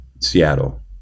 Seattle